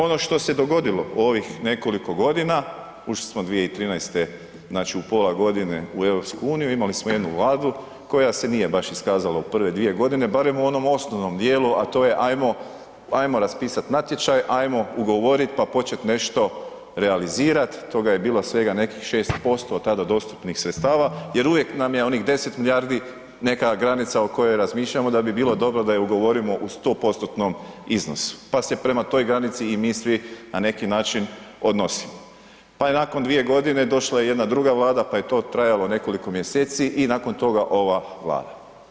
Ono što se dogodilo u ovih nekoliko godina, ušli smo 2013., znači u pola godine u EU, imali smo jednu Vladu koja se nije baš iskazala u prve 2 g. barem u onom osnovnom djelu a to je ajmo raspisati natječaj, ajmo ugovoriti pa počet nešto realizirat, to ga je bilo svega nekih 6% tada dostupnih sredstava jer uvijek nam je onih 10 milijardi neka granica o kojoj razmišljamo da bi bilo dobro da je ugovorimo u 100%-tnom iznosu pa se prema toj granici i mi svi na neki način odnosimo pa je nakon 2 g. došla jedna druga Vlada pa je to trajalo nekoliko mjeseci i nakon toga ova Vlada.